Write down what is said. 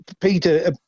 peter